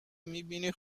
میبینی